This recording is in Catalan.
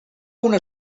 una